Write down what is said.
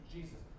Jesus